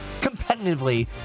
competitively